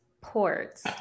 ports